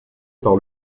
par